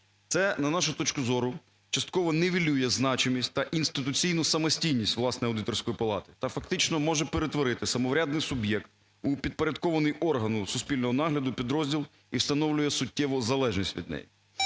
Це, на нашу точку зору, частково нівелює значимість та інституційну самостійність власної аудиторської палати, та фактично може перетворити самоврядний суб'єкт у підпорядкований органу суспільного нагляду підрозділ і встановлює суттєву залежність від неї.